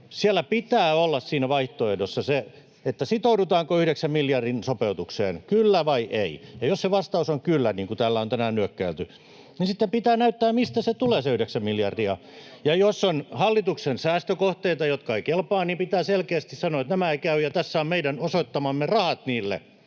Läysäke!] Siinä vaihtoehdossa pitää olla se, sitoudutaanko yhdeksän miljardin sopeutukseen: ”kyllä” vai ”ei”. Ja jos se vastaus on ”kyllä”, niin kuin täällä on tänään nyökkäilty, niin sitten pitää näyttää, mistä se yhdeksän miljardia tulee. Ja jos on hallituksen säästökohteita, jotka eivät kelpaa, niin pitää selkeästi sanoa, että nämä eivät käy ja tässä on meidän osoittamamme rahat niille.